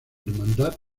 hermandad